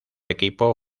equipo